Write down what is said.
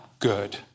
Good